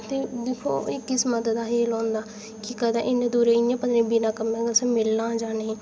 ते दिक्खो एह् किस्मत दा खेल होंदा के कदें इन्ने दूरै दी बंदे दी बिना कम्मै दे असें मिलना जां नेईं